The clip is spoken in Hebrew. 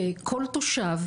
כל תושב,